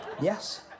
Yes